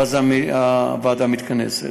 ואז הוועדה מתכנסת.